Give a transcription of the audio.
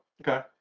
Okay